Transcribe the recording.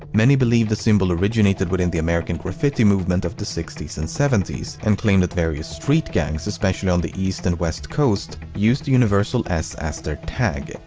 many believe the symbol originated within the american graffiti movement of the sixty s and seventy s and claim that various street gangs, especially on the east and west coast, used the universal s as their tag.